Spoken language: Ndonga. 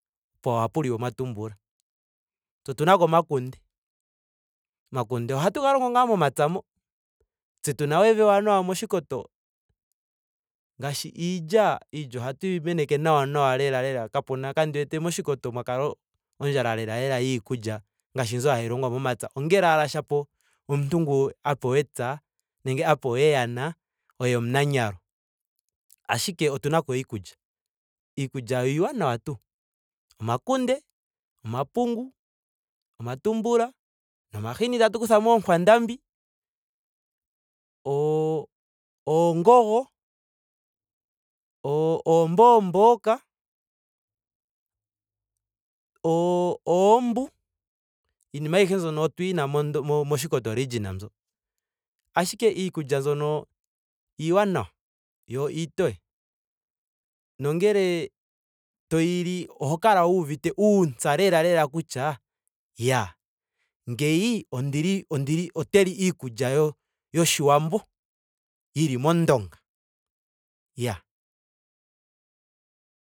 Opo hapu liwa omatumbula. Tse otuna ko omakunde. Omakunde ohatu ga longo ngaa momapya mo. Tse tuna wo evi ewanawa moshikoto. ngaashi iilya. iilya ohatu yi meneke nawa nawa lela lela kapena kandi wete moshikoto mwa kala ondjala lela lela yiikulya ngaashi mbi hayi longwa momapya. ongele owala shapo omuntu ngu a pewa epya nenge a pewa eyana oye omunanyalo. Ashike otunako iikulya. iikulya yo iiwanawa tuu. Omakunde. omapungu. omatumbula nomahini tatu kutha moonkwandambi. Oo- oongogo. oombomboka. oombu. iinima ayihe mbyono otuyi na mondo moshikoto region mbyo. Ashike iikulya mbyono iiwanawa yo iitoye. nongele toyi li. oho kala wuuvite uuntsa lela lela kutya iyaa ngeyi ondili ondili ote li iikulya yo- yoshiwambo yili mondonga. Iyaa